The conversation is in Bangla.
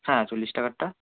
হ্যাঁ চল্লিশ টাকারটা